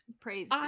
praise